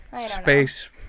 space